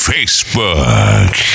Facebook